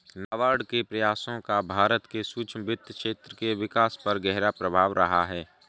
नाबार्ड के प्रयासों का भारत के सूक्ष्म वित्त क्षेत्र के विकास पर गहरा प्रभाव रहा है